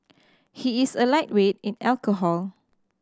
he is a lightweight in alcohol